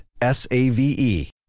S-A-V-E